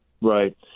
Right